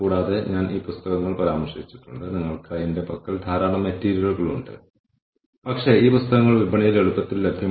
കൂടാതെ ഈ നടപടികൾ നമ്മൾ സ്ഥാപിക്കുന്ന പ്രോഗ്രാമുകൾ നമ്മൾ എടുക്കുന്ന പങ്കാളികൾ ചെലവുകൾ ജീവനക്കാർ വിഭവങ്ങളുടെ അളവ് എന്നിവ ആകാം